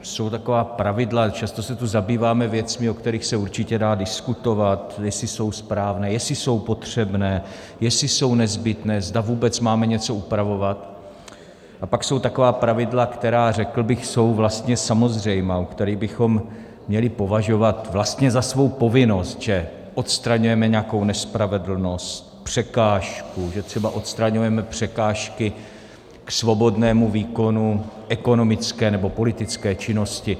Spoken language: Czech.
Jsou taková pravidla, často se tu zabýváme věcmi, o kterých se určitě dá diskutovat, jestli jsou správné, jestli jsou potřebné, jestli jsou nezbytné, zda vůbec máme něco upravovat, a pak jsou taková pravidla, která, řekl bych, jsou vlastně samozřejmá, u kterých bychom měli považovat vlastně za svou povinnost, že odstraňujeme nějakou nespravedlnost, překážku, že třeba odstraňujeme překážky k svobodnému výkonu ekonomické nebo politické činnosti.